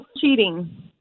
cheating